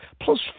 plus